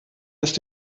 ist